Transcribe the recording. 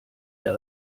der